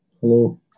Hello